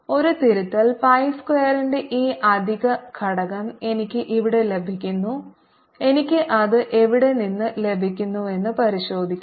ഒരു തിരുത്തൽ പൈ സ്ക്വയറിന്റെ ഈ അധിക ഘടകം എനിക്ക് ഇവിടെ ലഭിക്കുന്നു എനിക്ക് അത് എവിടെ നിന്ന് ലഭിക്കുന്നുവെന്ന് പരിശോധിക്കാം